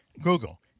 Google